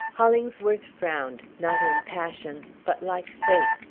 hollingsworth frowned not in passion, but, like fate,